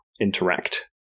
interact